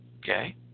Okay